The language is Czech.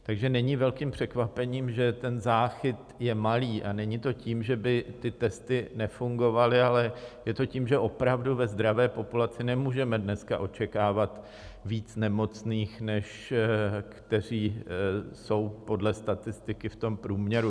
Takže není velkým překvapením, že ten záchyt je malý, a není to tím, že by ty testy nefungovaly, ale je to tím, že opravdu ve zdravé populaci nemůžeme dneska očekávat víc nemocných, než kteří jsou podle statistiky v tom průměru.